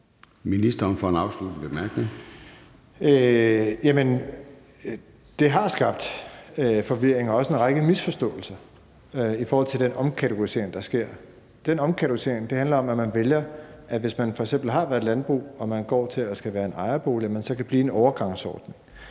Det har skabt forvirring og også en række misforståelser i forhold til den omkategorisering, der sker. Den omkategorisering handler om, at hvis man f.eks. har haft et landbrug, der går over til at være en ejerbolig, kan man blive i en overgangsordning.